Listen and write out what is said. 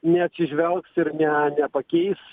neatsižvelgs ir ne nepakeis